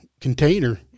container